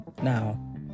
Now